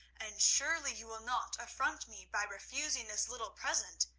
and surely you will not affront me by refusing this little present?